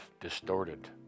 distorted